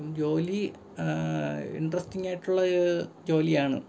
ജോലി ഇൻട്രസ്റ്റിങ് ആയിട്ടുള്ള ജോലിയാണ്